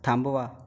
थांबवा